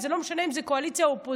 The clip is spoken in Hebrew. וזה לא משנה אם זה קואליציה או אופוזיציה,